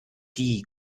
die